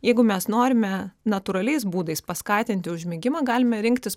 jeigu mes norime natūraliais būdais paskatinti užmigimą galime rinktis